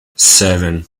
seven